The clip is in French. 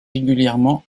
régulièrement